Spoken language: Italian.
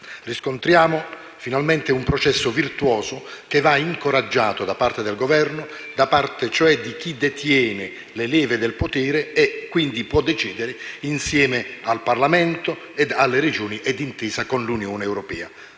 Riscontriamo finalmente un processo virtuoso che va incoraggiato da parte del Governo, da parte, cioè, di chi detiene le leve del potere e quindi può decidere insieme al Parlamento, alle Regioni, e d'intesa con l'Unione europea.